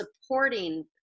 supporting